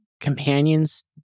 Companions